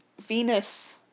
Venus